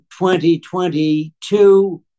2022